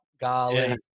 Golly